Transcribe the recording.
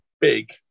big